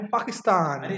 Pakistan